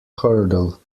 hurdle